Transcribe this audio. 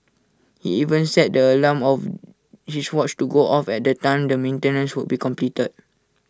he even set the alarm of his watch to go off at the time the maintenance would be completed